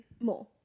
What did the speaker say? More